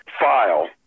file